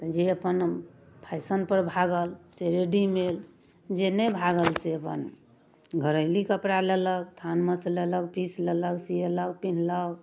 जे अपन फैशनपर भागल तऽ रेडिमेड जे नहि भागल से अपन घरैली कपड़ा लेलक थानमेसँ लेलक पीस लेलक सिएलक पिन्हलक